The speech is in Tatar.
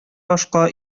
башка